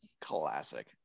Classic